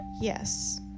Yes